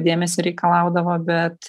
dėmesį reikalaudavo bet